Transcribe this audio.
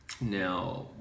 Now